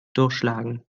durchschlagen